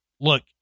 look